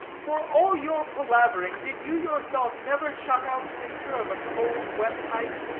for all your palavering, did you yourself never shut out nature of a cold, wet night?